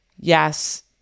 Yes